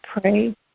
pray